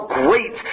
great